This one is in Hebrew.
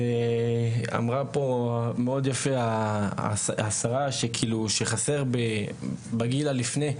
אמרה פה מאוד יפה השרה שכאילו חסר בגיל הלפני,